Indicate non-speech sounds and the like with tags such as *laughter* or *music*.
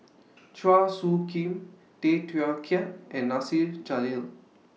*noise* Chua Soo Khim Tay Teow Kiat and Nasir Jalil